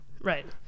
Right